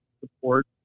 support